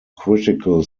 critical